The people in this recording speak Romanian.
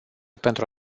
pentru